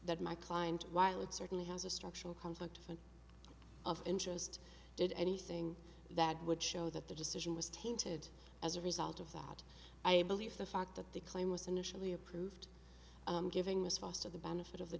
that my client while it certainly has a structural conflict of interest did anything that would show that the decision was tainted as a result of that i believe the fact that the claim was initially approved i'm giving this foster the benefit of the